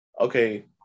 Okay